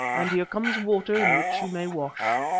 and here comes water in which you may wash.